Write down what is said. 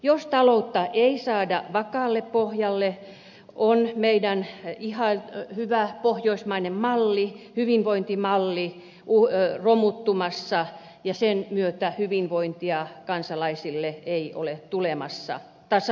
jos taloutta ei saada vakaalle pohjalle on meidän ihan hyvä pohjoismainen hyvinvointimalli romuttumassa ja sen myötä hyvinvointia kansalaisille ei ole tulemassa tasa arvoisesti